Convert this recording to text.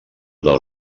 del